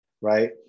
right